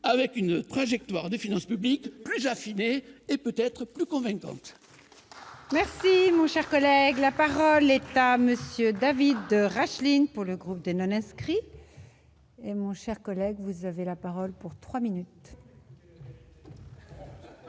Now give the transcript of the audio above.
avec une trajectoire des finances publiques plus affiner et peut-être plus convaincante. Merci mon cher collègue, la parole est à monsieur David de Rachline pour le groupe de non-inscrits et moins chers collègues, vous avez la parole pour 3 minutes.